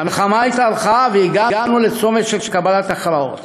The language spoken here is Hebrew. המלחמה התארכה והגענו לצומת של קבלת הכרעות.